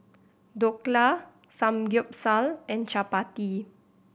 Dhokla Samgyeopsal and Chapati